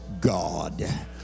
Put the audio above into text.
god